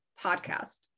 podcast